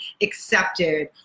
accepted